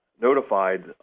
notified